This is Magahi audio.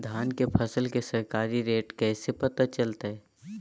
धान के फसल के सरकारी रेट कैसे पता चलताय?